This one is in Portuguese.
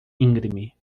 íngreme